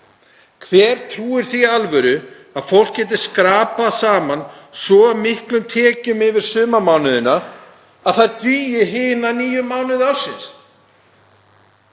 Hver trúir því í alvöru að fólk geti skrapað saman svo miklum tekjum yfir sumarmánuðina að þær dugi hina níu mánuði ársins?